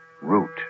root